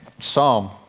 Psalm